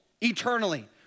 eternally